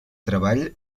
treball